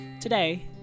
Today